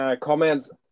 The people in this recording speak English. comments